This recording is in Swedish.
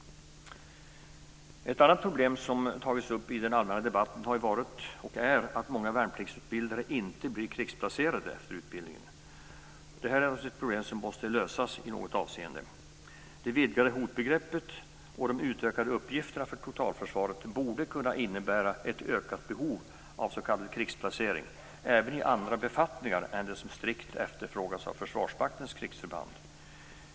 Ett annat problem som tagits upp i den allmänna debatten har varit och är att många värnpliktsutbildade inte blir krigsplacerade efter utbildningen. Detta är ett problem som på något sätt måste lösas. Det vidgade hotbegreppet och de utökade uppgifterna för totalförsvaret borde kunna innebära ett ökat behov av s.k. krigsplacering även i andra befattningar än de som strikt efterfrågas av Försvarsmaktens krigsförband.